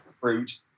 fruit